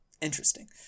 Interesting